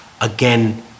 again